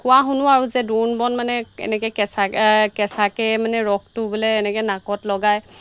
কোৱা শুনোঁ আৰু যে দোৰোণ বন মানে এনেকৈ কেঁচা কেঁচাকৈ মানে ৰসটো বোলে এনেকৈ নাকত লগায়